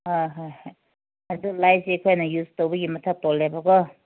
ꯍꯣꯏ ꯍꯣꯏ ꯍꯣꯏ ꯑꯗꯣ ꯂꯥꯏꯠꯁꯦ ꯑꯩꯈꯣꯏꯅ ꯌꯨꯖ ꯇꯧꯕꯒꯤ ꯃꯈꯥ ꯄꯣꯜꯂꯦꯕꯀꯣ